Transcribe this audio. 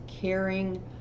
caring